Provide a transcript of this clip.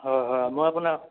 হয় হয় মই আপোনাক